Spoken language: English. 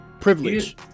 Privilege